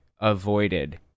avoided